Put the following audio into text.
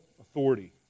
authority